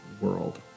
world